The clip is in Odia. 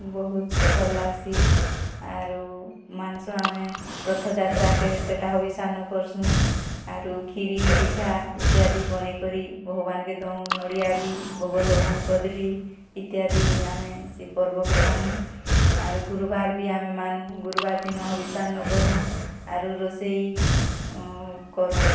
ବହୁତ୍ ଭଲ୍ ଲାଗସି ଆରୁ ମାନସୁ ଆମେ ରଥଯାତ୍ରାକେ ସେଇଟା ହବିଷାନ୍ନ କରସୁଁ ଆରୁ କ୍ଷୀରି ପିଠା ଇତ୍ୟାଦି ବନେଇକରି ଭଗବାନ୍କେ ଦଉଁ ନଡ଼ିଆ ବି ଭୋଗ ଲଗଉଁ କଦଲୀ ଇତ୍ୟାଦି ଆମେ ସେ ପର୍ବକେ ମାନୁଁ ଆରୁ ଗୁରୁବାର୍ ବି ଆମେ ମାନୁଁ ଗୁରୁବାର୍ ଦିନ ହବିଷାନ୍ନ କରୁଁ ଆରୁ ରୋଷେଇ କରୁଁ